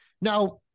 Now